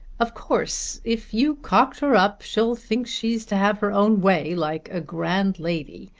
of course if you cocker her up, she'll think she's to have her own way like a grand lady.